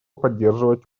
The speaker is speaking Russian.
поддерживать